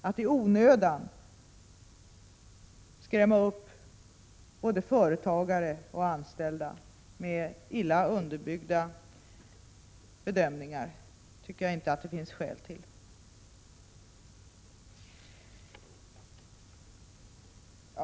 Att i onödan skrämma upp både företagare och anställda med illa underbyggda bedömningar tycker jag inte att det finns skäl till.